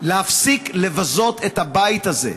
להפסיק לבזות את הבית הזה,